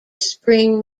spring